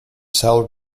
cell